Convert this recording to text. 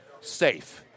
safe